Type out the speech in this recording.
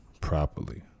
properly